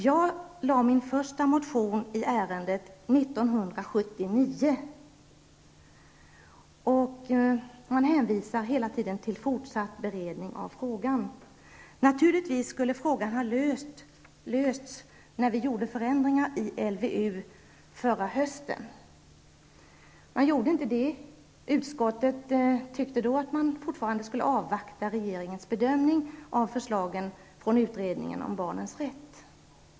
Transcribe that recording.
Jag väckte min första motion i ärendet 1979. Man hänvisar hela tiden till fortsatt beredning av frågan. Naturligtvis skulle frågan ha lösts när vi gjorde förändringar i LVU förra hösten, men så skedde inte. Utskottet tyckte då att man fortfarande skulle avvakta regeringens bedömning av förslagen från utredningen om barnens rätt.